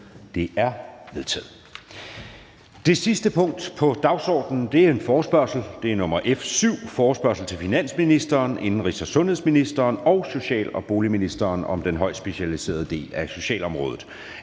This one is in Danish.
Det er vedtaget. --- Det sidste punkt på dagsordenen er: 3) Forespørgsel nr. F 7: Forespørgsel til finansministeren, indenrigs- og sundhedsministeren og social- og boligministeren: Vil social- og boligministeren,